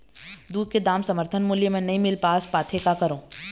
दूध के दाम समर्थन मूल्य म नई मील पास पाथे, का करों?